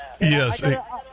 Yes